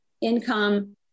income